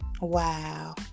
Wow